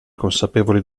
consapevoli